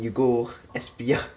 you go S_P ah